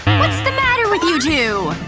what's the matter with you two?